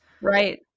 right